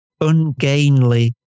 ungainly